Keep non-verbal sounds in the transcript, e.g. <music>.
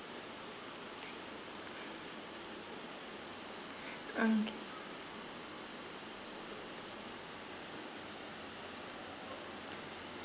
<noise> okay